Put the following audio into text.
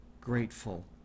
grateful